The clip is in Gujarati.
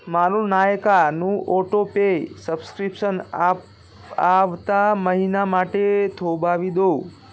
મારું નાયકાનું ઓટો પે સબસ્ક્રિપ્શન આવતા મહિના માટે થોભાવી દો